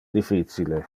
difficile